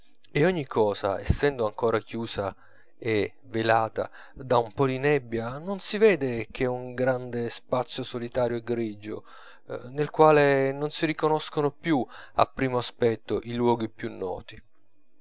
e ogni cosa essendo ancora chiusa e velata da un po di nebbia non si vede che un grande spazio solitario e grigio nel quale non si riconoscono più a primo aspetto i luoghi più noti